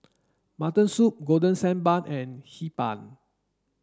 mutton soup golden sand bun and Hee Pan